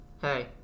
hey